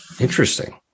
Interesting